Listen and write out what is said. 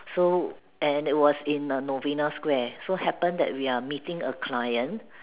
so and it was in err Novena square so happen that we are meeting a client